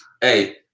Hey